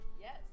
yes